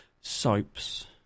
soaps